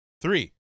three